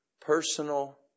personal